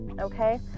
okay